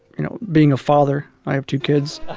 you know, being a father i have two kids. ah